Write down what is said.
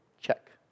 check